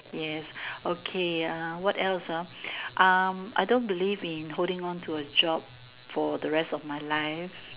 yes okay ya what else ah I don't believe in holding onto a job for the rest of my life